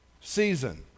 season